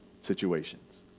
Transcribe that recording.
situations